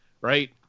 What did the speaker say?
Right